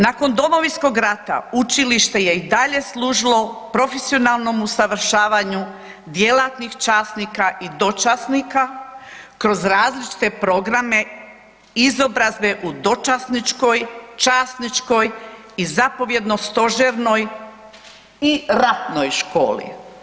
Nakon Domovinskog rata učilište je i dalje služilo profesionalnom usavršavanju djelatnih časnika i dočasnika kroz različite programe izobrazbe u dočasničkoj, časničkoj i zapovjedno stožernoj i ratnoj školi.